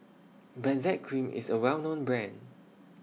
Benzac Cream IS A Well known Brand